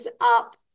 up